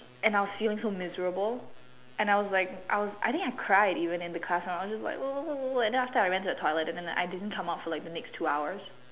and I was feeling so miserable and I was like I was I think I cried even in the classroom I was just like and then after I went to the toilet and then I didn't come out for the next two hours